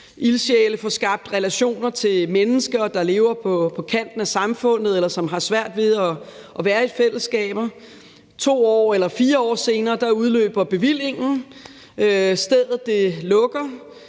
ildsjæle får skabt relationer til mennesker, der lever på kanten af samfundet, eller som har svært ved at være i fællesskaber. 2 eller 4 år senere udløber bevillingen og stedet lukker.